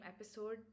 episode